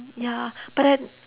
ya but then